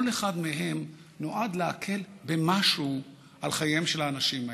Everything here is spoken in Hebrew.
כל אחד מהם נועד להקל במשהו על חייהם של האנשים האלה.